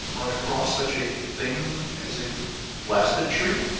run across such a thing as a blasted tree?